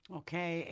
okay